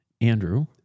Andrew